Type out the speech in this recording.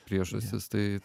priežastis tai